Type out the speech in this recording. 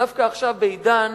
דווקא עכשיו, בעידן